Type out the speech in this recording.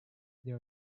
there